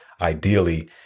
Ideally